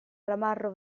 ramarro